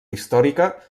històrica